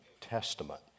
testament